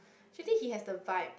actually he has the vibe